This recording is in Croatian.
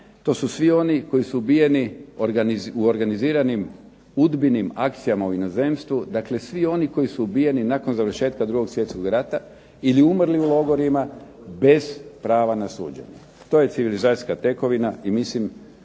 To su svi oni koji su ubijeni u organiziranim UDBA-inim akcijama u inozemstvu, dakle svi oni koji su ubijeni nakon završetka 2. svjetskog rata ili umrli u logorima bez prava na suđenje. To je civilizacijska tekovina i mislim